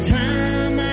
time